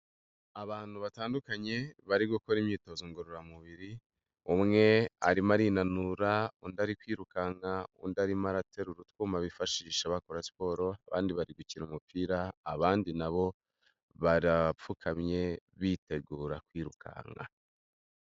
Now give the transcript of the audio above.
Abantu batandukanye bari gukora imyitozo ngororamubiri, umwe arimo arinanura, undi ari kwirukanka, undi arimo araterura utwuma bifashisha bakora siporo, abandi bari gukina umupira, abandi na bo barapfukamye bitegura kwirukanka.